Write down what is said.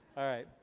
alright.